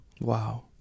Wow